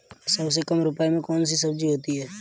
सबसे कम रुपये में कौन सी सब्जी होती है?